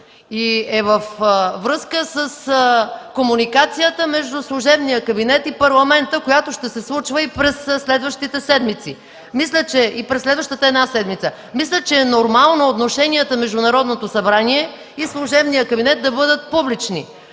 е във връзка с комуникацията между служебния кабинет и Парламента, която ще се случва през следващата една седмица. Мисля, че е нормално отношенията между Народното събрание и служебния кабинет да бъдат публични.